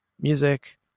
Music